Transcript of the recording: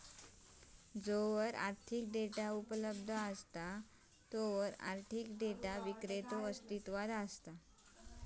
जोवर आर्थिक डेटा उपलब्ध असा तोवर आर्थिक डेटा विक्रेतो अस्तित्वात असता